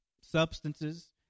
substances